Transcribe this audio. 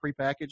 prepackaged